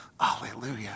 Hallelujah